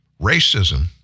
Racism